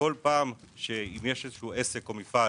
כאשר אם יש איזה שהוא עסק או מפעל